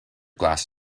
glass